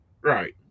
right